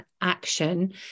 action